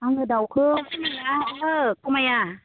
आङो दाउखौ खमाया